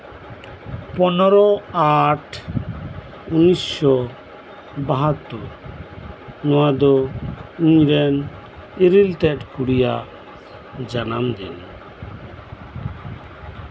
ᱯᱚᱱᱨᱚ ᱟᱴ ᱩᱱᱤᱥᱥᱚ ᱵᱟᱦᱟᱛᱛᱳᱨ ᱱᱚᱶᱟ ᱫᱚ ᱤᱧ ᱨᱮᱱ ᱤᱨᱤᱞᱛᱮᱫ ᱠᱩᱲᱤᱭᱟᱜ ᱡᱟᱱᱟᱢ ᱫᱤᱱ